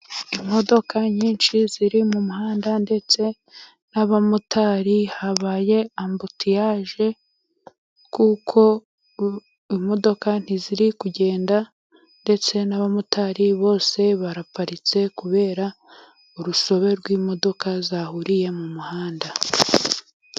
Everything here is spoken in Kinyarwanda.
Imodoka nyinshi ziri mu muhanda ndetse n'abamotari, habaye ambutiyaje kuko imodoka ntiziri kugenda, ndetse n'abamotari bose baraparitse kubera urusobe rw'imodoka zahuriye mu muhanda.